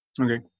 Okay